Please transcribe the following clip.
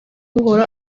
buhoro